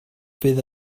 fydd